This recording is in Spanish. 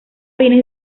fines